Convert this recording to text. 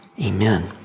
amen